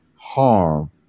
harm